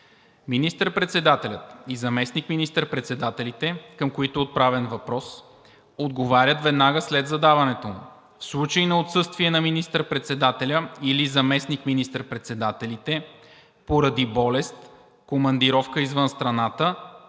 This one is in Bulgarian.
Министър-председателят и заместник министър-председателите, към които е отправен въпрос, отговарят веднага след задаването му. В случай на отсъствие на министър-председателя или заместник министър-председателите поради болест, командировка извън страната